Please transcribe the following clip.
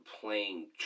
playing